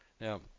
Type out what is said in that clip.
Now